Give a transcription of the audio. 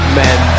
men